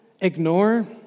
ignore